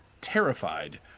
Terrified